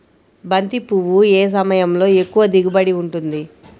బంతి పువ్వు ఏ సమయంలో ఎక్కువ దిగుబడి ఉంటుంది?